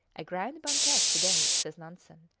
a grand banquet to-day, says nansen,